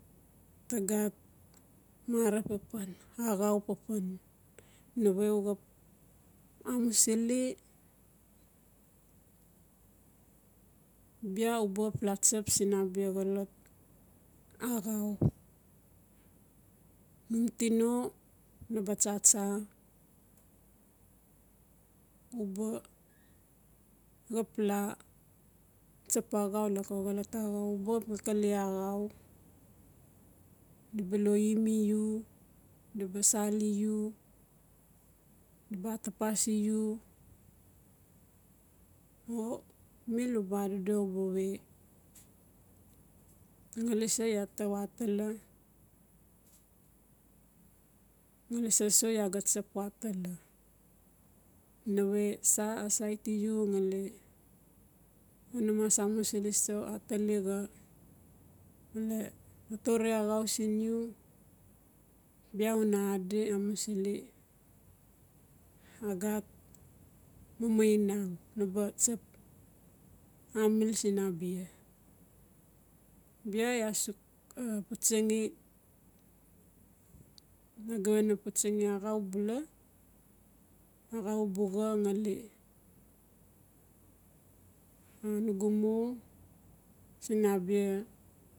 Ta gat mara papan axau papan. Nawe u xap amusili bia uba xap la tsap sinabia xolot axau. Num tino naba tsatsa naba xap laa tsap axau lan ka xolot axau uba xap xalkale axau diba lo mi u diba sali u diba atapasi u mil uba adodo uba we ngali sa iaa ta watala? Ngali sa so iaa tsap waatala. Nawe sa saiti u ngali una mas amusili so atalixa male totore axau siin u bia una adi amusili agat mamainang anaba tsap amil sin abia bia iaa suk putsingi putsingi saxau bula axau buxa ngali nugu mo siin abia.